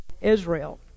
Israel